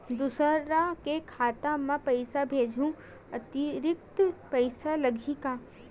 दूसरा के खाता म पईसा भेजहूँ अतिरिक्त पईसा लगही का?